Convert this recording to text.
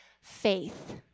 faith